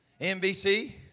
NBC